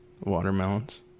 watermelons